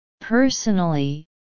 Personally